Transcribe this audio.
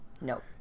Nope